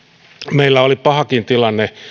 meillä oli pahakin tilanne